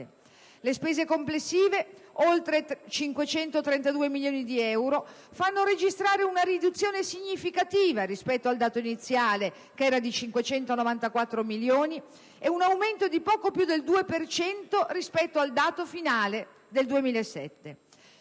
Le spese complessive (oltre 532 milioni di euro) fanno registrare una riduzione significativa rispetto al dato iniziale (594 milioni), e un aumento di poco più del 2 per cento rispetto al dato finale del 2007.